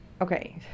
okay